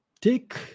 take